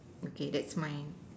okay that's my